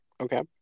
Okay